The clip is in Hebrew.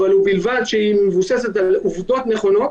ובלבד שהיא מבוססת על עובדות נכונות